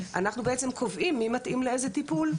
אנחנו בעצם קובעים מי מתאים לאיזה טיפול,